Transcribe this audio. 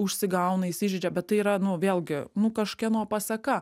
užsigauna įsižeidžia bet tai yra nu vėlgi nu kažkieno paseka